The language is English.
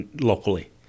locally